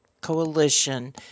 coalition